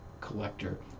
collector